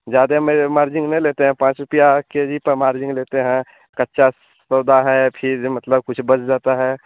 ज़्यादा में मार्जिन नहीं लेते हैं पाँच रुपया के जी पर मार्जिन लेते हैं कच्चा सौदा है फिर जो मतलब कुछ बच जाता है